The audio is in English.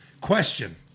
Question